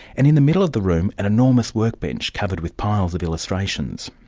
and in the middle of the room an enormous workbench, covered with piles of illustrations.